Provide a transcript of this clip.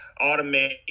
automate